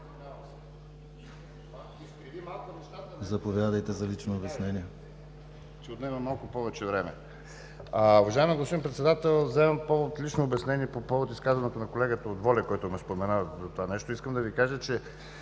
заповядайте за лично обяснение.